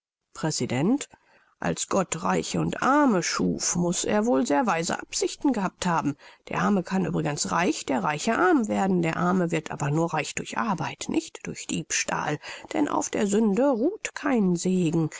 präsident als gott reiche und arme schuf muß er wohl sehr weise absichten gehabt haben der arme kann übrigens reich der reiche arm werden der arme wird aber nur reich durch arbeit nicht durch diebstahl denn auf der sünde ruht kein segen